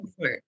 right